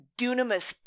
dunamis